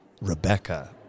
Rebecca